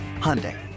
Hyundai